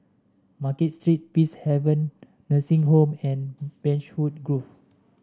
Market Street Peacehaven Nursing Home and Beechwood Grove